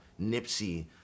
Nipsey